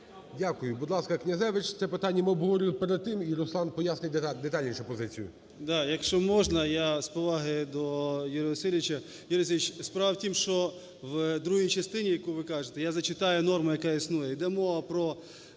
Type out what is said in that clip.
Дякую. Будь ласка, Князевич. Це питання ми обговорювали перед тим, і Руслан пояснить детальніше позицію.